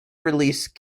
release